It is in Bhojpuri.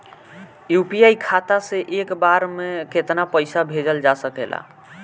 यू.पी.आई खाता से एक बार म केतना पईसा भेजल जा सकेला?